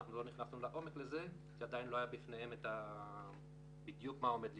לא נכנסו לעומק של זה כי עדיין לא היה בפניהן בדיוק מה עומד לפניהן.